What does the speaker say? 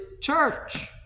church